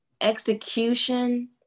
execution